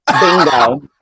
Bingo